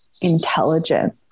intelligent